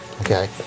okay